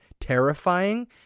Terrifying